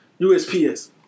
USPS